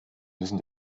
müssen